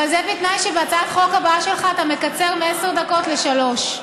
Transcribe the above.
אבל זה בתנאי שבהצעת החוק הבאה שלך אתה מקצר מעשר דקות לשלוש.